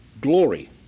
glory